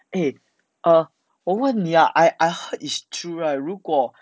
eh err 我问你啊 I I heard is true right 如果